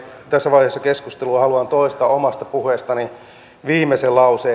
tässä vaiheessa keskustelua haluan toistaa omasta puheestani viimeisen lauseen